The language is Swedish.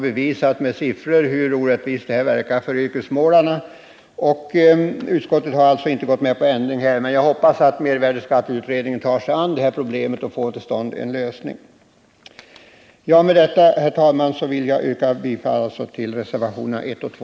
Det har med siffror visats hur orättvist yrkesmålarna drabbas, men utskottet har alltså inte gått med på någon ändring. Jag hoppas emellertid att mervärdeskatteutredningen tar sig an problemet och får till stånd en lösning. Med det sagda vill jag alltså, herr talman, yrka bifall till reservationerna 1 och 2.